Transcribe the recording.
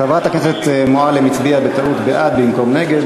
חברת הכנסת מועלם הצביעה בטעות בעד במקום נגד.